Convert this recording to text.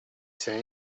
say